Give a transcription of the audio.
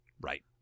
Right